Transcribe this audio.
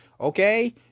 Okay